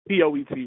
POET